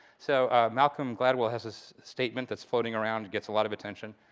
so malcolm gladwell has this statement that's floating around, gets a lot of attention,